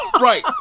Right